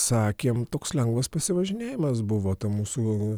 sakėm toks lengvas pasivažinėjimas buvo ta mūsų